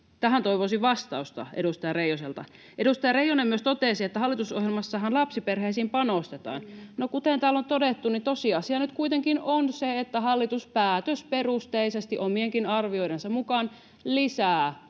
Tähän toivoisin vastausta edustaja Reijoselta. Edustaja Reijonen myös totesi, että hallitusohjelmassahan lapsiperheisiin panostetaan. No, kuten täällä on todettu, niin tosiasia nyt kuitenkin on se, että hallitus päätösperusteisesti, omienkin arvioidensa mukaan, lisää